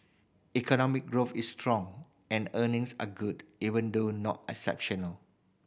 economic growth is strong and earnings are good even though not exceptional